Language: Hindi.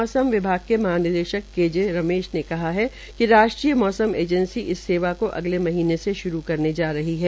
मौसम विभाग के महानिदेशक के जे रमेश ने कहा है कि राष्ट्रीय मौसम एजेंसी इस सेवा का अगले महीनें से श्रू करने जा रही है